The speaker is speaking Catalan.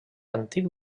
antic